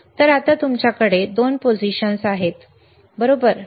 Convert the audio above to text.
तर आता तुमच्याकडे 2 पोझिशन्स उभ्या आहेत बरोबर